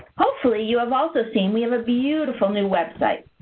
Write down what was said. hopefully you have also seen, we have a beautiful new web site.